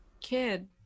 kid